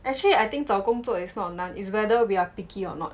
actually I think 找工作 it's not 难 is whether we are picky or not